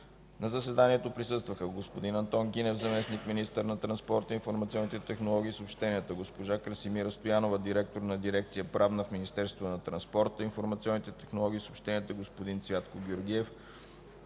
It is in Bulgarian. На заседанието присъстваха: господин Антон Гинев – заместник-министър на транспорта, информационните технологии и съобщенията, госпожа Красимира Стоянова – директор на дирекция „Правна” в Министерството на транспорта, информационните технологии и съобщенията, господин Цвятко Георгиев